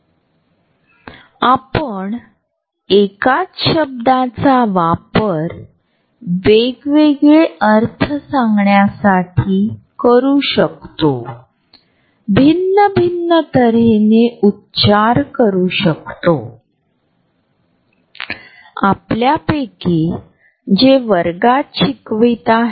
वैयक्तिक झोन कुठेतरी १८ इंच ते ४ फूट अंतरावर आहे एक अंतर जे आपल्याला मित्र आणि कुटुंबियांमध्ये अनौपचारिक संभाषणे करण्यास सक्षम करते हीच जागा आपण आपल्या रोजच्या कामासाठी उदाहरणार्थ ऑफिसमध्ये ठेवतो